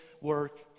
work